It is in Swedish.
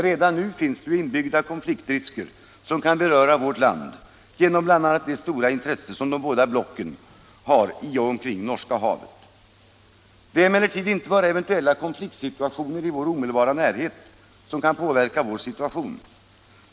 Redan nu finns emellertid inbyggda konfliktrisker, som kan beröra vårt land, genom bl.a. det stora intresse som båda blocken har i och omkring Norska havet. Det är emellertid inte bara eventuella konfliktsituationer i vår omedelbara närhet som kan komma att påverka vår situation.